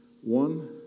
One